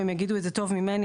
והן יגידו את זה טוב ממני.